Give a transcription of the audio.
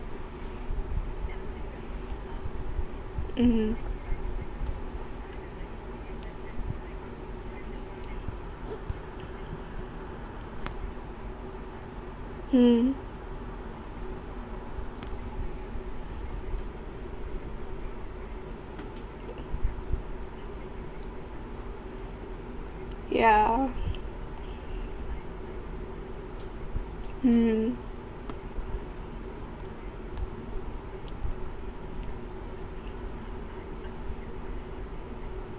mm mm yeah mm